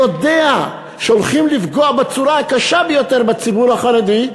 יודע שהולכים לפגוע בצורה הקשה ביותר בציבור החרדי,